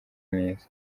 neza